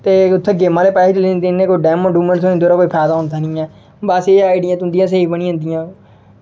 ते उ'त्थें गेमां दे पैसे जियां डेम डुम्म थ्होई जंदे पर फैदा होंदा निं ऐ बस एह् ऐ कि आईडियां तुं'दियां स्हेई बनी जंदियां